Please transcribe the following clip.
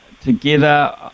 together